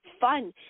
fun